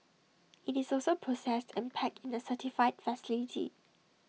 IT is also processed and packed in the certified facility